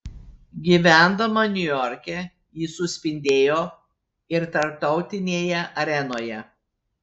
gyvendama niujorke ji suspindėjo ir tarptautinėje arenoje